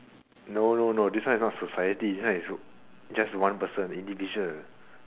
no no no this one is not society this one is just one person individual